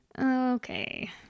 Okay